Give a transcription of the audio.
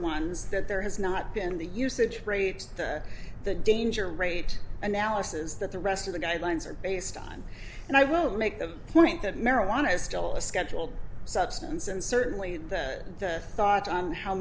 ones that there has not been the usage rate the danger rate analysis that the rest of the guidelines are based on and i won't make the point that marijuana is still a schedule substance and certainly that the thought on how